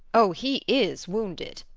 o, he is wounded,